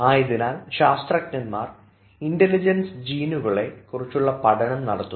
ആയതിനാൽ ശാസ്ത്രജ്ഞൻമാർ ഇന്റലിജൻസ് ജീനുകളെ കുറിച്ചുള്ള പഠനം നടത്തുന്നു